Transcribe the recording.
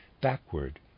backward